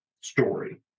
story